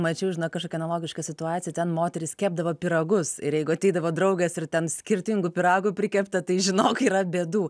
mačiau žinok kažkokią analogišką situaciją ten moteris kepdavo pyragus ir jeigu ateidavo draugas ir ten skirtingų pyragų prikepta tai žinok yra bėdų